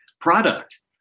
product